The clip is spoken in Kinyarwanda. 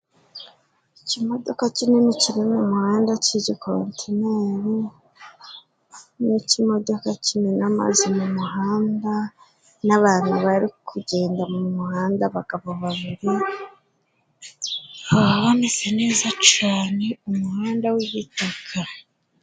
Ikimodoka kinini kiri mu muhanda c'igikontineri n'ikimodoka kimena amazi mu muhanda, n'abantu bari kugenda mu muhanda abagabo babiri haba hameze neza cane mu muhanda w'ibitaka.